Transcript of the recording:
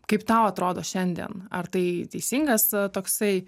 kaip tau atrodo šiandien ar tai teisingas toksai